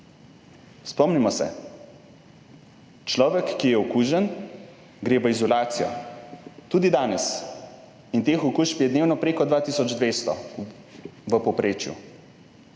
Spomnimo se, človek, ki je okužen, gre v izolacijo. Tudi danes. In teh okužb je dnevno preko 2 tisoč 200, v povprečju.